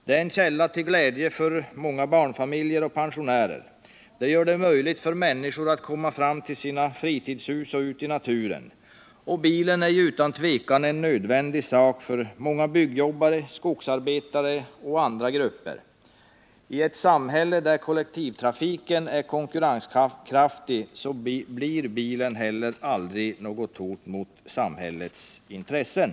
Den är en källa till glädje för många barnfamiljer och pensionärer. Den gör det möjligt för människor att komma till sina fritidshus och ut i naturen. Bilen är utan tvivel nödvändig för många byggjobbare, skogsarbetare och andra grupper. I ett samhälle där kollektivtrafiken är konkurrenskraftig blir bilen heller aldrig något hot mot samhällets intressen.